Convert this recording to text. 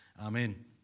Amen